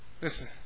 Listen